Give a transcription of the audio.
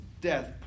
death